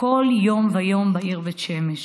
כל יום ויום בעיר בית שמש.